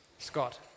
Scott